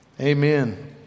Amen